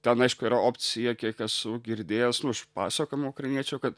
ten aišku yra opcija kiek esu girdėjęs nu iš pasakojimų ukrainiečių kad